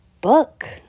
book